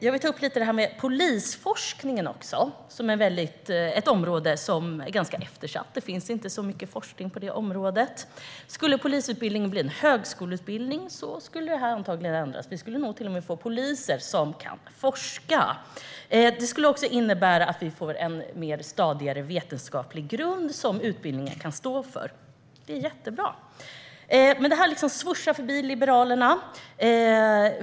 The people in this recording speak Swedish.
Jag vill ta upp lite om polisforskningen, ett område som är eftersatt. Det finns inte så mycket forskning på området. Om polisutbildningen blir en högskoleutbildning skulle detta förmodligen ändras, och vi skulle nog till och med få poliser som kan forska. Det skulle även innebära att utbildningen kan stå på en stadigare vetenskaplig grund. Det vore jättebra. Men det här verkar svischa Liberalerna förbi.